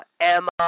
Emma